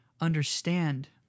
understand